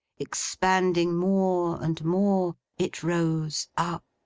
expanding more and more, it rose up,